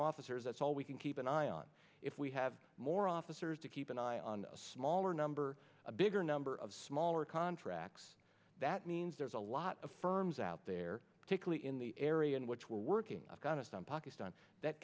officers that's all we can keep an eye on if we have more officers to keep an eye on a smaller number a bigger number of smaller contracts that means there's a lot of firms out there particularly in the area in which we're working afghanistan pakistan that